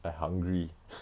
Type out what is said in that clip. I hungry